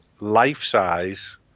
life-size